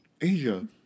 Asia